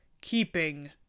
keeping